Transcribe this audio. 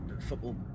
football